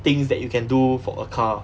things that you can do for a car